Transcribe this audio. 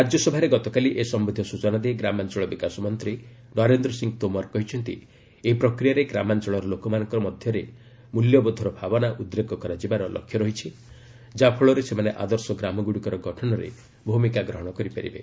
ରାଜ୍ୟସଭାରେ ଗତକାଲି ଏ ସମ୍ବନ୍ଧୀୟ ସୂଚନା ଦେଇ ଗ୍ରାମାଞ୍ଚଳ ବିକାଶ ମନ୍ତ୍ରୀ ନରେନ୍ଦ୍ର ସିଂ ତୋମର୍ କହିଛନ୍ତି ଏହି ପ୍ରକ୍ରିୟାରେ ଗ୍ରାମାଞ୍ଚଳର ଲୋକମାନଙ୍କ ମଧ୍ୟରେ ମୂଲ୍ୟବୋଧର ଭାବନା ଉଦ୍ରେକ କରାଯିବାର ଲକ୍ଷ୍ୟ ରହିଛି ଯାହାଫଳରେ ସେମାନେ ଆଦର୍ଶ ଗ୍ରାମଗୁଡ଼ିକର ଗଠନରେ ଭୂମିକା ଗ୍ରହଣ କରିପାରିବେ